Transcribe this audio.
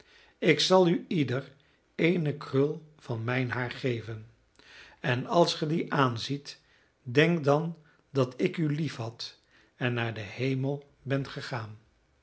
ik zal u ieder eene krul van mijn haar geven en als ge die aanziet denk dan dat ik u liefhad en naar den hemel ben gegaan